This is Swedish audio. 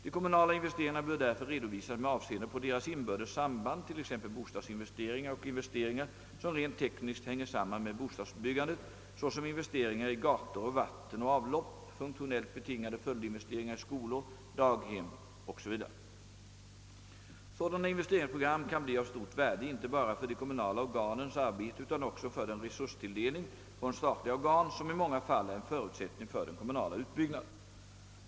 De kommunala investeringarna bör därför redovisas med avseende på deras inbördes samband, t.ex. bostadsinvesteringar och investeringar som rent tekniskt hänger samman med bostadsbyggandet, såsom investeringar i gator och vatten och avlopp, funktionellt betingade följdinvesteringar i skolor, daghem etc. Sådana investeringsprogram kan bli av stort värde inte bara för de kommunala organens arbete utan också för den resurstilldelning från statliga organ, som i många fall är en förutsättning för den kommunala utbyggnaden.